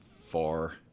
far